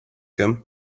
him